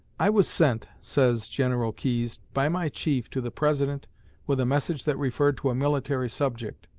i was sent, says general keyes, by my chief to the president with a message that referred to a military subject,